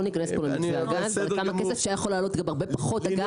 לא ניכנס פה למתווה הגז אבל כמה כסף שהיה יכול לעלות גם הרבה פחות הגז,